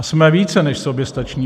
A jsme více než soběstační.